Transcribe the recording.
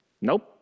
nope